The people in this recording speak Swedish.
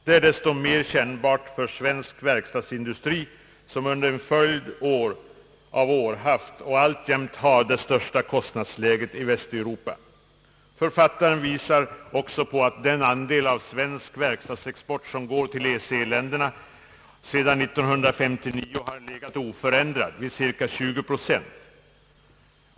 Detta är desto mer kännbart för svensk verkstadsindustri som under en följd av år haft och alltjämt har det högsta kostnadsläget i Västeuropa. Författaren visar också på att den andel av svensk verkstadsexport som går till EEC-länderna sedan 1959 legat oförändrad vid cirka 20 procent.